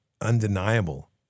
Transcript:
undeniable